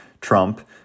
Trump